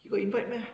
you got invite meh